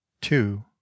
Two